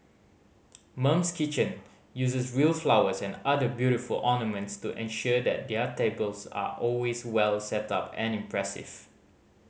Mum's Kitchen uses real flowers and other beautiful ornaments to ensure that their tables are always well setup and impressive